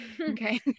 okay